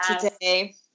today